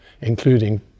including